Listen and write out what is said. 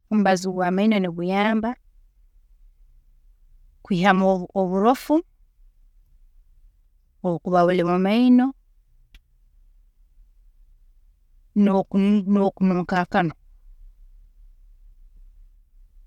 ﻿Omubazi gwamaino niguyamba kwiihamu obu- oburofu obukuba buri mumaino noku nookunuunka akanwa.